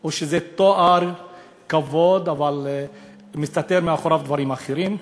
או שזה תואר כבוד ומסתתרים מאחוריו דברים אחרים?